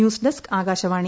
news desk Akashvani